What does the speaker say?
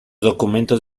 documentos